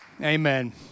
Amen